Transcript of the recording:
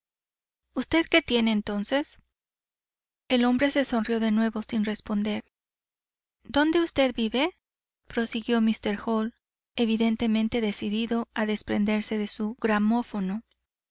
usted qué tiene entonces el hombre se sonrió de nuevo sin responder dónde usted vive prosiguió míster hall evidentemente decidido a desprenderse de su gramófono